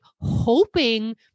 hoping